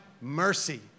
mercy